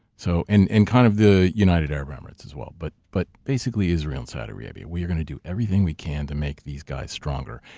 so and and kind of the united arab emirates as well. but but basically israel and saudi arabia. we are gonna do everything we can to make these guys stronger.